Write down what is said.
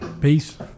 Peace